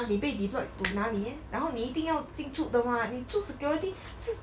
你被 deployed to 哪里 eh 然后你一定要进出的 what 你做 security 是